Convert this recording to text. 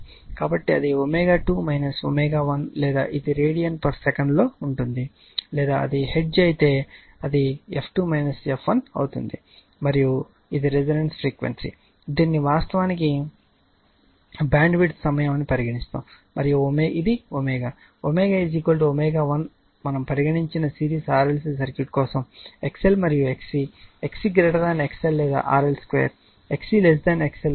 కాబట్టి అది ω2 ω1 లేదా ఇది రేడియన్సెకను లో ఉంటే లేదా అది హెర్ట్జ్ అయితే అది f2 f1 అవుతుంది మరియు ఇది రెసోనెన్స్ ఫ్రీక్వెన్సీ దీనిని వాస్తవానికి బ్యాండ్విడ్త్ సమయం అని పరిగణిస్తారు మరియు ఈ ω అది ω ω1 మనము పరిగణించిన సిరీస్ RLC సర్క్యూట్ కోసం XL మరియు XC XC XL లేదా RL2 XC XL అని పరిగణించాము